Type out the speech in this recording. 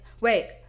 Wait